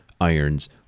irons